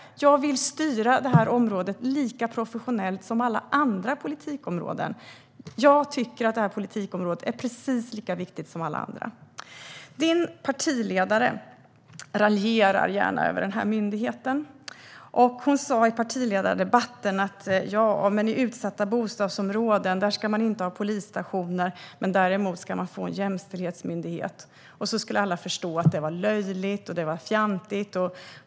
Jag vill styra det här området lika professionellt som alla andra politikområden. Jag tycker att det här politikområdet är precis lika viktigt som alla andra. Din partiledare raljerar gärna över den här myndigheten, Ewa Thalén Finné. I utsatta bostadsområden ska man inte ha polisstationer, men man ska däremot få en jämställdhetsmyndighet, sa hon i partiledardebatten. Alla skulle förstå att detta var löjligt och fjantigt.